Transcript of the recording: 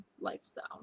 lifestyle